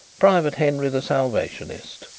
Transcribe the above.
private henry, the salvationist.